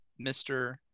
Mr